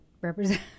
represent